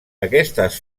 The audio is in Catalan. aquestes